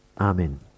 Amen